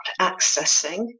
accessing